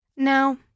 Now